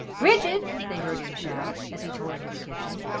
bridget! they heard him shout, as he tore into the kitchen.